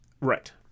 Right